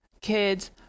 kids